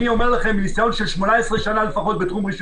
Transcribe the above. אני אומר לכם מניסיון של 18 שנה לפחות בתחום רישוי